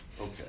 Okay